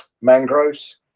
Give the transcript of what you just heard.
mangroves